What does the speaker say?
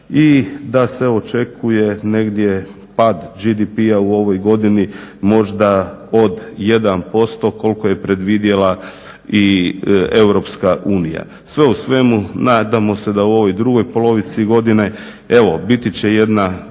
i da se očekuje negdje pad GDP-a u ovoj godini možda od 1% koliko je predvidjela i EU. Sve u svemu nadamo se da u ovoj drugoj polovici godine evo biti će jedna